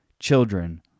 Children